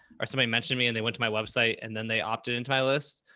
or somebody mentioned me and they went to my website and then they opted into my list.